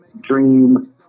dream